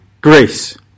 grace